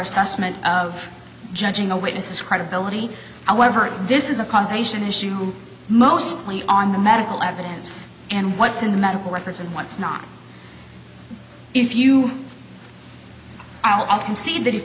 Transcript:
assessment of judging a witness is credibility however this is a causation issue mostly on the medical evidence and what's in the medical records and what's not if you i'll concede that if